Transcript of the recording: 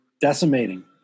decimating